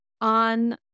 on